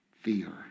Fear